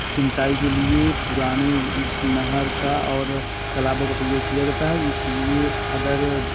सिंचाई के लिए पुराने नहर का और तलाबों का प्रयोग किया जाता है इस लिए अदर